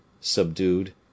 subdued